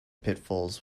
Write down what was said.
pitfalls